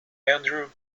andrew